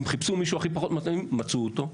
אם חיפשו מי האיש שהכי פחות מתאים אז מצאו אותו,